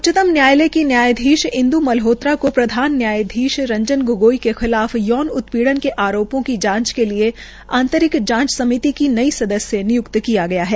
उच्चतम न्यायालय की न्यायाधीश इन्द् मल्होत्रा को प्रधान न्यायाधीश रंजन गोगोई के खिलाफ यौन उत्पीड़न के आरोपो की जांच के लिये आंतरिक जांच समिति की नयी सदस्य निय्क्त किया गया है